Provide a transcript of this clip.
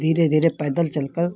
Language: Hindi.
धीरे धीरे पैदल चलकर